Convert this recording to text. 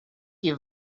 you